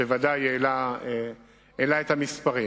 שוודאי העלה את המספרים.